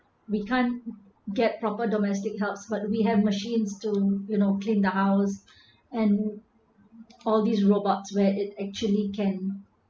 we can't get proper domestic helps but we have machines to you know clean the house and all these robots where it actually can